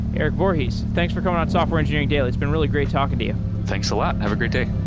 erik voorhees, thanks for coming on software engineering daily. it's been really great talking to you. thanks a lot. have a great day.